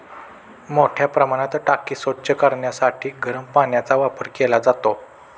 मोठ्या प्रमाणात टाकी स्वच्छ करण्यासाठी गरम पाण्याचा वापर केला जातो